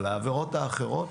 אבל לגבי העבירות האחרות